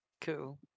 Cool